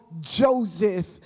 Joseph